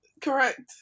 Correct